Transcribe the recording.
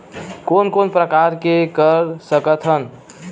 कोन कोन प्रकार के कर सकथ हन?